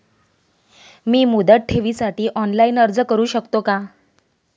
मी मुदत ठेवीसाठी ऑनलाइन अर्ज करू शकतो का?